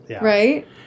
right